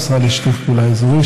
במשרד לשיתוף פעולה אזורי,